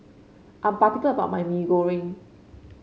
I'm particular about my Mee Goreng